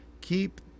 keep